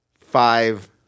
five